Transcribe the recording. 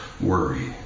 worry